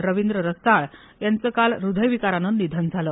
रविद्र रसाळ यांच काल हृद्यविकारानं निधन झाल